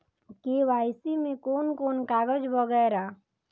KYC में कोन कोन कागज वगैरा?